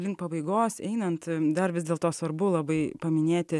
link pabaigos einant dar vis dėlto svarbu labai paminėti